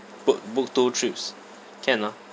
put book two trips can or not